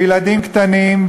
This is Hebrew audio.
בילדים קטנים,